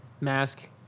mask